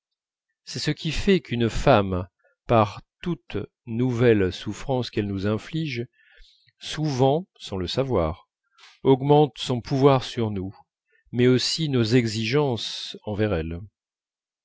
c'est ce qui fait qu'une femme par toute nouvelle souffrance qu'elle nous inflige souvent sans le savoir augmente son pouvoir sur nous mais aussi nos exigences envers elle